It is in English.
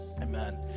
Amen